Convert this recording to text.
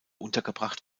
untergebracht